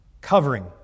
covering